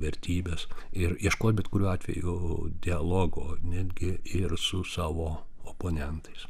vertybes ir ieškot bet kuriuo atveju dialogo netgi ir su savo oponentais